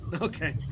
Okay